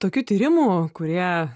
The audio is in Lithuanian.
tokių tyrimų kurie